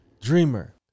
Dreamer